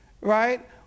right